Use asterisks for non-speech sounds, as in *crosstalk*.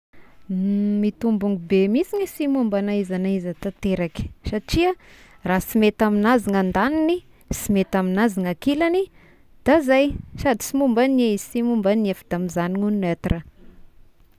*hesitation* Mitombogny be mihisy ny sy momba na iza na iza tanteraky satria raha sy mety amignazy ny andagniny, sy mety amignazy ny ankilagny da zay sady sy momban' i izy no sy momban'ia fa da mijagnona ho neutre ah.